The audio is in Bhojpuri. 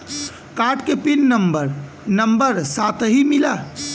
कार्ड के पिन नंबर नंबर साथही मिला?